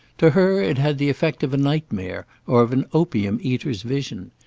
to her it had the effect of a nightmare, or of an opium-eater's vision,